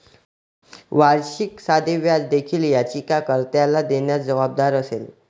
वार्षिक साधे व्याज देखील याचिका कर्त्याला देण्यास जबाबदार असेल